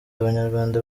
abanyarwanda